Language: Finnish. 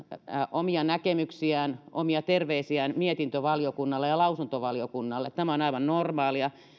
omia näkemyksiään omia terveisiään mietintövaliokunnalle ja lausuntovaliokunnalle tämä on aivan normaalia